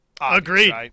agreed